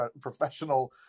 professional